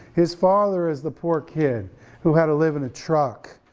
his father is the poor kid who had to live in a truck,